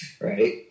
Right